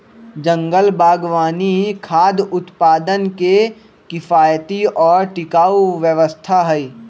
जंगल बागवानी खाद्य उत्पादन के किफायती और टिकाऊ व्यवस्था हई